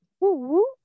Woo-woo